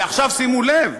ועכשיו שימו לב,